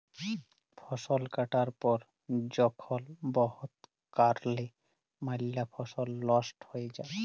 ফসল কাটার পর যখল বহুত কারলে ম্যালা ফসল লস্ট হঁয়ে যায়